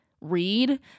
read